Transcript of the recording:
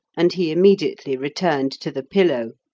and he immediately returned to the pillow.